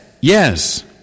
yes